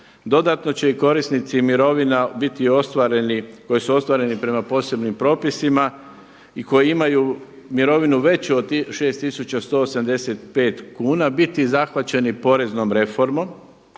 Dodatno će i korisnici mirovina biti ostvareni, koji su ostvareni prema posebnim propisima i koji imaju mirovinu veću od 6185 kuna biti zahvaćeni poreznom reformom